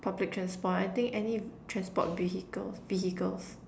public transport I think any transport vehicle vehicles